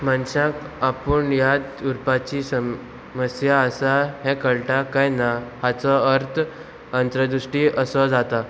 मनशाक आपूण याद उरपाची समस्या आसा हें कळटा काय ना हाचो अर्थ अंतर्दृश्टी असो जाता